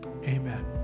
Amen